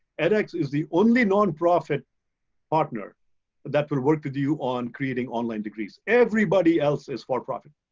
edx is the only nonprofit partner that will work with you on creating online degrees. everybody else is for profit.